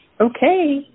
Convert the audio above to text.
Okay